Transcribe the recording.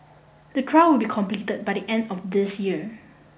the trial will be complete by the end of this year